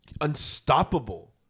unstoppable